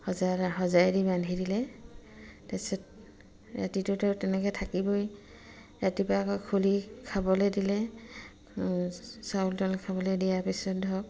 সঁজাত সঁজাই দি বান্ধি দিলে তাৰপিছত ৰাতিটোতো তেনেকৈ থাকিবই ৰাতিপুৱা আকৌ খুলি খাবলৈ দিলে চাউল তাউল খাবলৈ দিয়াৰ পিছত ধৰক